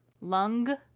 lung